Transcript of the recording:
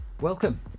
Welcome